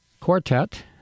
Quartet